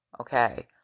Okay